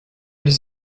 les